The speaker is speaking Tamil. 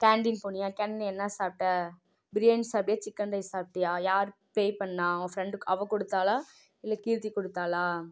கேண்டீன் போனியா கேண்டீன்ல என்ன சாப்பிட்ட பிரியாணி சாப்பிட்டியா சிக்கன் ரைஸ் சாப்பிட்டியா யார் பே பண்ணுணா உன் ஃப்ரெண்டுக்கு அவள் கொடுத்தாளா இல்லை கீர்த்தி கொடுத்தாளா